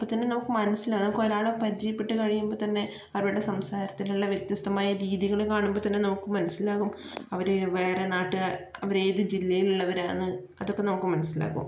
അപ്പം തന്നെ നമുക്ക് മനസ്സിലാകും നമക്കൊരാളെ പരിചയപ്പെട്ട് കഴിയുമ്പം തന്നെ അവരുടെ സംസാരത്തിലുള്ള വ്യത്യസ്ഥമായ രീതികള് കാണുമ്പോ തന്നെ നമുക്ക് മനസ്സിലാകും അവര് വേറെ നാട്ടുകാരാണ് അവര് ഏത് ജില്ലയിലുള്ളവരാന്ന് അതൊക്കെ നമുക്ക് മനസ്സിലാകും